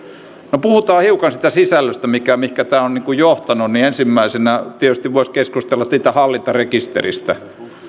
puhutaan hiukan siitä sisällöstä mihin tämä on johtanut ensimmäisenä tietysti voisi keskustella siitä hallintarekisteristä